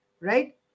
right